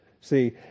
See